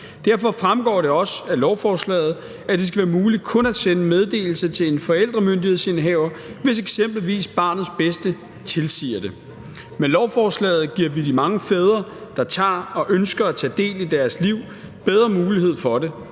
Derfor fremgår det også af lovforslaget, at det skal være muligt kun at sende meddelelse til én forældremyndighedsindehaver, hvis eksempelvis barnets bedste tilsiger det. Med lovforslaget giver vi de mange fædre, der tager og ønsker at tage del i deres barns liv, bedre mulighed for det,